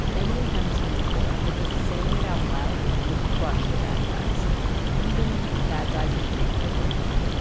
emily hadn't seen before that just saying it out loud would crush the bad guys even bad guys in a big-deal band.